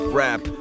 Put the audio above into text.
rap